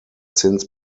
since